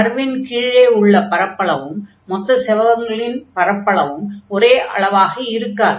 கர்வின் கீழே உள்ள பரப்பளவும் மொத்த செவ்வகங்களின் பரப்பளவும் ஒரே அளவாக இருக்காது